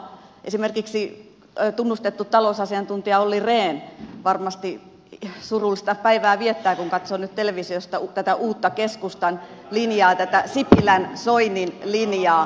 esimerkiksi tunnustettu talousasiantuntija olli rehn varmasti surullista päivää viettää kun katsoo nyt televisiosta tätä uutta keskustan linjaa tätä sipilänsoinin linjaa